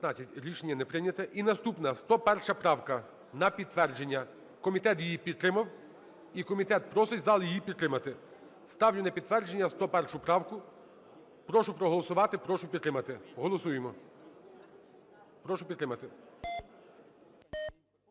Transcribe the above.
Рішення не прийнято. І наступна 101 правка. На підтвердження. Комітет її підтримав, і комітет просить зал її підтримати. Ставлю на підтвердження 101 правку. Прошу проголосувати, прошу підтримати. Голосуємо. Прошу підтримати.